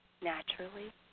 naturally